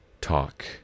talk